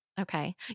Okay